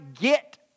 get